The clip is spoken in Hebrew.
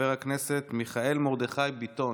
חבר הכנסת מיכאל מרדכי ביטון.